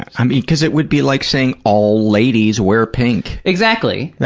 i mean, because it would be like saying all ladies wear pink. exactly,